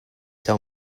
tell